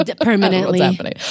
permanently